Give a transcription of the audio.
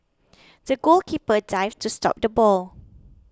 the goalkeeper dived to stop the ball